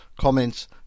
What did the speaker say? comments